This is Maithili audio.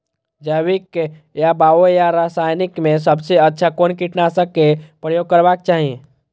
जैविक या बायो या रासायनिक में सबसँ अच्छा कोन कीटनाशक क प्रयोग करबाक चाही?